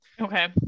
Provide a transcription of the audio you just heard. Okay